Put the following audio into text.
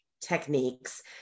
techniques